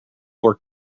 were